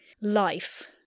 life